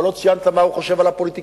אבל לא ציינת מה הוא חושב על הפוליטיקאים,